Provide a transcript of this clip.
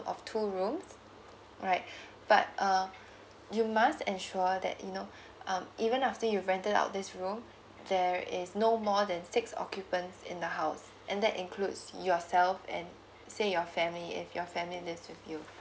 of two rooms alright but uh you must ensure that you know um even after you rented out this room there is no more than six occupants in the house and that includes yourself and say your family if your family lives with you